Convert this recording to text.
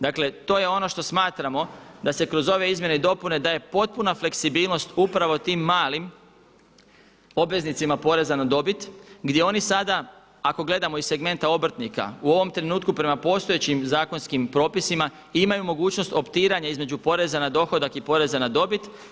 Dakle to je ono što smatramo da se kroz ove izmjene i dopune daje potpuna fleksibilnost upravo tim malim obveznicima poreza na dobit gdje oni sada ako gledamo iz segmenta obrtnika u ovom trenutku prema postojećim zakonskim propisima imaju mogućnost optiranja između poreza na dohodak i poreza na dobit.